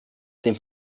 dem